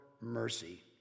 mercy